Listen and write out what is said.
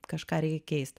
kažką reikia keist